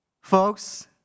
Folks